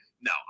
No